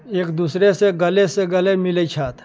एक दूसरेसँ गलेसँ गले मिलै छथि